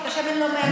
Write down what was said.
כי את השמן לא מעשנים,